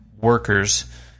workers